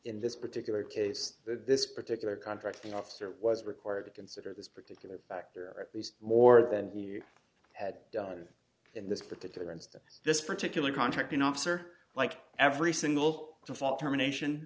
in this particular case that this particular contracting officer was required to consider this particular factor at least more than you had done in this particular instance this particular contracting officer like every single default term a nation